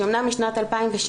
אמנם הוא משנת 2016,